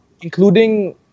Including